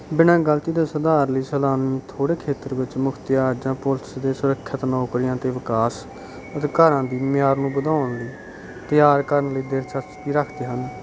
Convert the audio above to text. ਬਿਨਾਂ ਗਲਤੀ ਤੋਂ ਸੁਧਾਰ ਲਈ ਸਲਾ ਥੋੜ੍ਹੇ ਖੇਤਰ ਵਿੱਚ ਮੁਖਤਿਆਰ ਜਾਂ ਪੁਲਿਸ ਦੇ ਸੁਰੱਖਿਅਤ ਨੌਕਰੀਆਂ ਅਤੇ ਵਿਕਾਸ ਅਤੇ ਘਰਾਂ ਦੀ ਮਿਆਰ ਨੂੰ ਵਧਾਉਣ ਲਈ ਤਿਆਰ ਕਰਨ ਲਈ ਦਿਲਚਸਪੀ ਰੱਖਦੇ ਹਨ